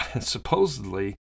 supposedly